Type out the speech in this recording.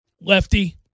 lefty